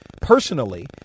personally